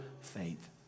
faith